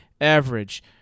average